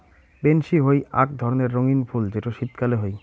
pansy হই আক ধরণের রঙ্গীন ফুল যেটো শীতকালে হই